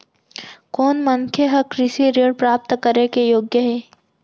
कोन मनखे ह कृषि ऋण प्राप्त करे के योग्य हे?